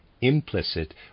implicit